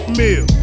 meal